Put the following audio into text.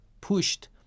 pushed